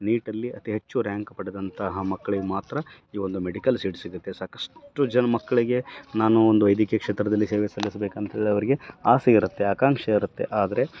ನೀಟಲ್ಲಿ ಅತೀ ಹೆಚ್ಚು ರ್ಯಾಂಕ್ ಪಡೆದಂತಹ ಮಕ್ಳಿಗ್ ಮಾತ್ರ ಈ ಒಂದು ಮೆಡಿಕಲ್ ಶೀಟ್ ಸಿಗತ್ತೆ ಸಾಕಷ್ಟು ಜನ್ ಮಕ್ಳಿಗೆ ನಾನು ಒಂದು ವೈದ್ಯಕೀಯ ಕ್ಷೇತ್ರದಲ್ಲಿ ಸೇವೆ ಸಲ್ಲಿಸಬೇಕಂತೇಳಿ ಅವರಿಗೆ ಆಸೆ ಇರತ್ತೆ ಅಕಾಂಕ್ಷೆ ಇರತ್ತೆ ಆದರೆ